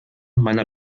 meiner